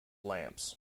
lamps